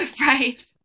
Right